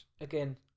again